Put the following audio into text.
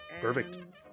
perfect